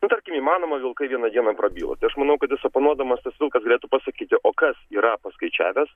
nu tarkim įmanoma vilkai vieną dieną prabyla tai aš manau kad jis oponuodamas tas vilkas galėtų pasakyti o kas yra paskaičiavęs